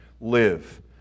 live